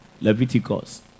Leviticus